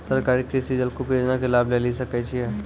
सरकारी कृषि जलकूप योजना के लाभ लेली सकै छिए?